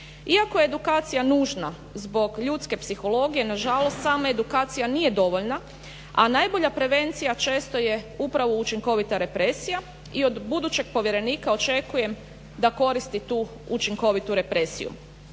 Iako je edukacija nužna zbog ljudske psihologije nažalost sama edukacija nije dovoljna, a najbolja prevencija često je upravo učinkovita represija i od budućeg povjerenika očekujem da koristi tu učinkovitu represiju.